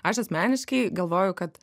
aš asmeniškai galvoju kad